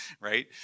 Right